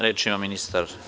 Reč ima ministar.